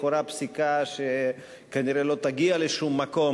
לכאורה פסיקה שכנראה לא תגיע לשום מקום,